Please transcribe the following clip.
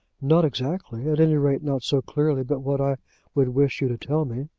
not exactly at any rate not so clearly but what i would wish you to tell me.